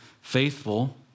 faithful